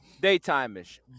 daytime-ish